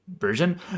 version